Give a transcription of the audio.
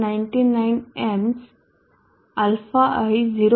99 amps αi 0